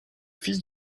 fils